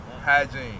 Hygiene